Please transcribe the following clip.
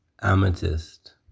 amethyst